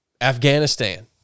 Afghanistan